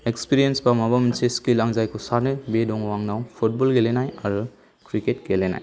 experience एबा माबा मोनसे स्किल आं जायखौ सानो बे दङ आंनाव फुटबल गेलेनाय आरो क्रिकेट गेलेनाय